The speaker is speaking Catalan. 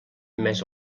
més